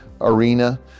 arena